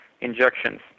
injections